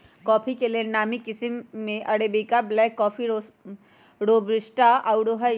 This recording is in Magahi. कॉफी के लेल नामी किशिम में अरेबिका, ब्लैक कॉफ़ी, रोबस्टा आउरो हइ